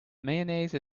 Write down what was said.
mayonnaise